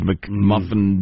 McMuffin